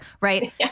Right